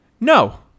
No